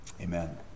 Amen